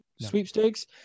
sweepstakes